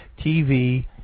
TV